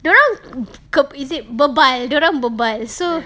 dorang is it bebal dorang bebal so